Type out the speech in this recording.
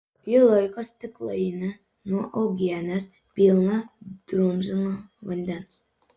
ji laiko stiklainį nuo uogienės pilną drumzlino vandens